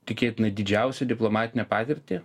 tikėtina didžiausią diplomatinę patirtį